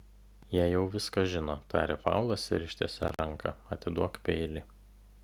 jie jau viską žino tarė paulas ir ištiesė ranką atiduok peilį